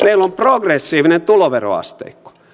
meillä on progressiivinen tuloveroasteikko